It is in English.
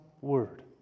Word